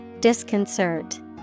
Disconcert